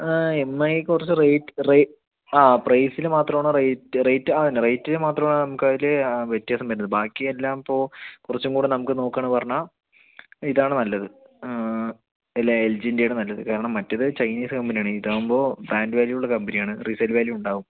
M I കുറച്ച് rate ആ പ്രെയ്സില് മാത്രമാണ് റേറ്റ് റേറ്റ് അതുതന്നെ റേറ്റിന് മാത്രമാണ് നമുക്കതില് വ്യത്യാസം വരുന്നത് ബാക്കിയെല്ലാം ഇപ്പോൾ കുറച്ചുംകൂടി നമുക്ക് നോക്കുകയാണ് പറഞ്ഞാൽ ഇതാണ് നല്ലത് ഇല്ല എൽ ജിൻ്റെയാണ് നല്ലത് കാരണം മറ്റേത് ചൈനീസ് കമ്പനിയാണ് ഇതാകുമ്പോൾ ബ്രാൻ്റ് വാല്യുവുള്ള കമ്പനിയാണ് റീസെയിൽ വാല്യു ഉണ്ടാവും